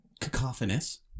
cacophonous